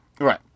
Right